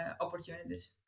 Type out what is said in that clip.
opportunities